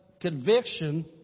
Conviction